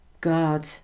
God